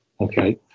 okay